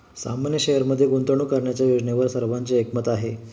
सामान्य शेअरमध्ये गुंतवणूक करण्याच्या योजनेवर सर्वांचे एकमत आहे